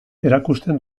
erakusten